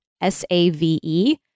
S-A-V-E